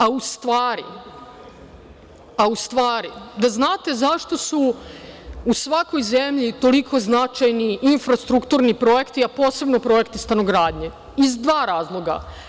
A u stvari, da znate zašto su u svakoj zemlji toliko značajni infrastrukturni projekti, a posebno projekti stanogradnje, iz dva razloga.